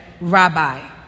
Rabbi